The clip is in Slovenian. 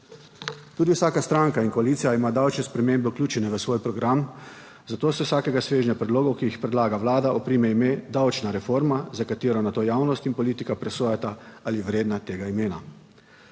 Tudi vsaka stranka in koalicija ima davčne spremembe vključene v svoj program, zato se vsakega svežnja predlogov, ki jih predlaga vlada, oprime ime davčna reforma, za katero nato javnost in politika presojata, ali je vredna tega imena.